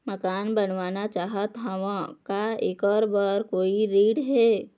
मकान बनवाना चाहत हाव, का ऐकर बर कोई ऋण हे?